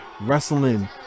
Wrestling